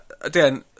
again